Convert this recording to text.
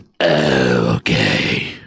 Okay